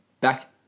back